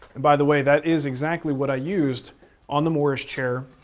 by the way, that is exactly what i used on the mortise chair.